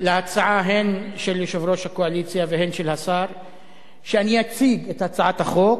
להצעה הן של יושב-ראש הקואליציה והן של השר שאציג את הצעת החוק,